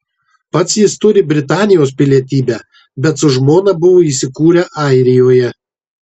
pats jis turi britanijos pilietybę bet su žmona buvo įsikūrę airijoje